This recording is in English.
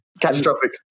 Catastrophic